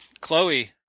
Chloe